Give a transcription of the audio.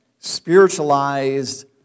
spiritualized